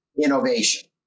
innovation